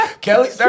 Kelly